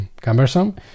cumbersome